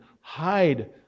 hide